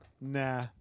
Nah